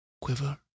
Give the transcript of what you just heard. quiver